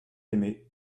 aimé